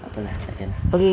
tak apa lah